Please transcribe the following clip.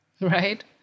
right